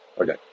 Okay